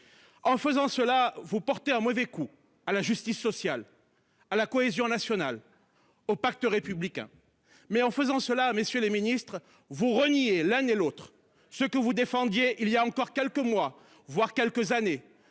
En faisant cela vous portez un mauvais coup à la justice sociale à la cohésion nationale au pacte républicain. Mais en faisant cela, messieurs les Ministres vous renier l'année l'autre ce que vous défendiez il y a encore quelques mois voire quelques années